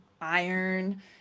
iron